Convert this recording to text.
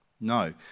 No